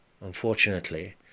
unfortunately